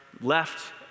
left